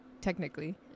technically